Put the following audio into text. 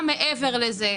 ומה מעבר לזה,